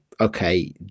okay